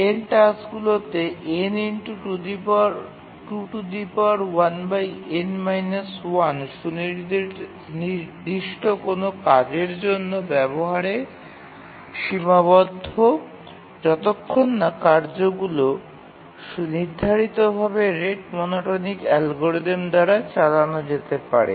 n টাস্কগুলিতে সুনির্দিষ্ট কোনও কাজের জন্য ব্যবহারের সীমাবদ্ধ যতক্ষণ না কার্যগুলি নির্ধারিতভাবে রেট মনোটোনিক অ্যালগরিদম দ্বারা চালানো যেতে পারে